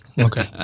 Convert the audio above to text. Okay